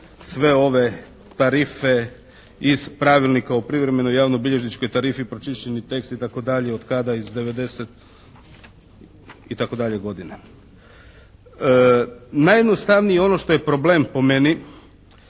sve ove tarife iz Pravilnika o privremeno javnobilježničkoj tarifi pročišćeni tekst itd. od kada, iz 90 itd. godina. Najjednostavnije je ono što je problem po meni,